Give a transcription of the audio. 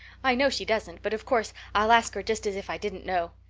i know she doesn't but of course i'll ask her just as if i didn't know.